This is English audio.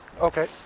Okay